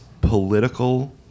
political